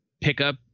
pickup